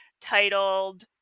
titled